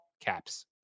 caps